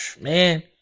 man